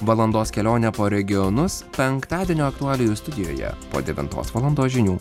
valandos kelionė po regionus penktadienio aktualijų studijoje po devintos valandos žinių